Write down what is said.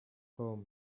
com